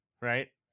right